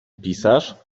pisarz